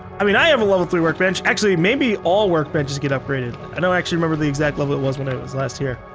i mean i have a level three workbench, actually maybe all work benches get upgraded. i don't actually member the exact level it was when i was last here.